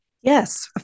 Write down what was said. Yes